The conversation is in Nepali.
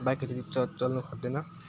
बाइकले चाहिँ नि च चल्नुखोज्दैन